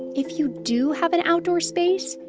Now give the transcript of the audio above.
if you do have an outdoor space,